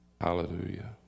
Hallelujah